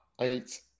eight